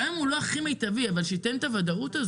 גם אם הוא לא הכי מיטבי אבל שייתן להם ודאות,